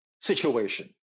situation